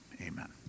amen